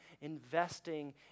investing